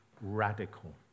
radical